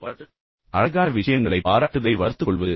பாராட்டுஃ அழகான விஷயங்களை பாராட்டுதலை வளர்த்துக் கொள்வது